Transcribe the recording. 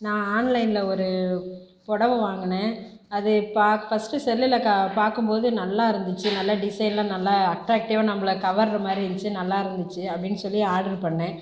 நான் ஆன்லைனில் ஒரு பொடவை வாங்கினேன் அது பா ஃபர்ஸ்ட் செல்லில் க பார்க்கும் போது நல்லாருந்துச்சு நல்லா டிசைன்லாம் நல்லா அட்ராக்ட்டிவ்வாக நம்மளை கவருற மாதிரி இருந்துச்சு நல்லாருந்துச்சு அப்படினு சொல்லி ஆர்டர் பண்ணிணேன்